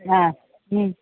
ആ